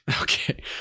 Okay